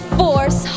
force